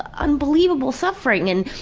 unbelievable suffering. and.